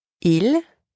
Ils